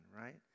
right